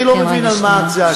אני לא מבין על מה הצעקה.